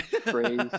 phrase